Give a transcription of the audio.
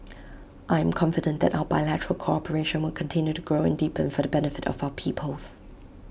I am confident that our bilateral cooperation will continue to grow and deepen for the benefit of our peoples